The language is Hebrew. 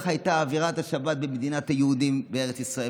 איך הייתה אווירת השבת במדינת היהודים בארץ ישראל?